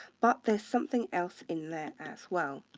but there's something else in there as well.